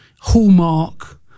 Hallmark